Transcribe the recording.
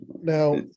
Now